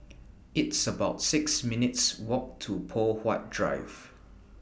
It's about six minutes' Walk to Poh Huat Drive